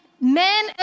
Men